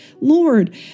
Lord